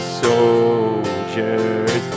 soldiers